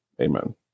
Amen